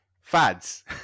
fads